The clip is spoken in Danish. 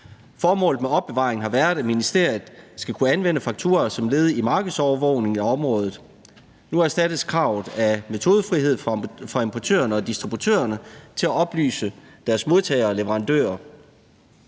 Formålet med opbevaringen har været, at ministeriet skal kunne anvende fakturaer som led i markedsovervågningen af området. Nu erstattes kravet af metodefrihed for importørerne og distributørerne til at oplyse deres modtagere og leverandører.